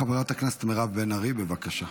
חברת הכנסת מירב בן ארי, בבקשה.